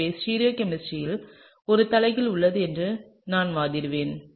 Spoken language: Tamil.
எனவே ஸ்டீரியோ கெமிஸ்ட்ரியில் ஒரு தலைகீழ் உள்ளது என்று நான் வாதிடுவேன்